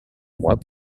moi